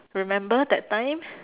remember that time